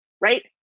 right